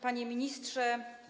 Panie Ministrze!